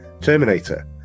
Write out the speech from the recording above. Terminator